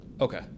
Okay